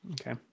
Okay